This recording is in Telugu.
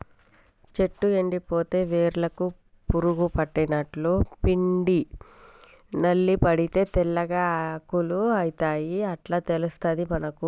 చెట్టు ఎండిపోతే వేర్లకు పురుగు పట్టినట్టు, పిండి నల్లి పడితే తెల్లగా ఆకులు అయితయ్ ఇట్లా తెలుస్తది మనకు